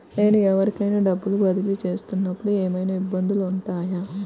నేను ఎవరికైనా డబ్బులు బదిలీ చేస్తునపుడు ఏమయినా ఇబ్బందులు వుంటాయా?